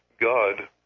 God